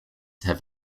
have